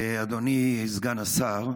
אדוני סגן השר,